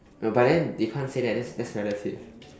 no but then they can't say that that's that's relative